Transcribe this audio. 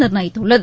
நிர்ணயித்துள்ளது